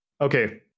Okay